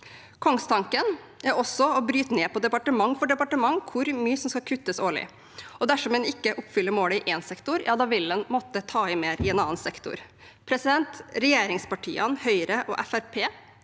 Kongstanken er også å bryte ned – departement for departement – hvor mye som skal kuttes årlig. Dersom en ikke oppfyller målet i én sektor, vil en måtte ta i mer i en annen sektor. Regjeringspartiene samt Høyre og